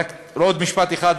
רק עוד משפט אחד,